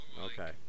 Okay